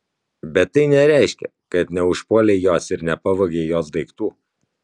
bet tai nereiškia kad neužpuolei jos ir nepavogei jos daiktų